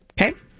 Okay